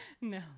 No